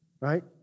right